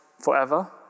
forever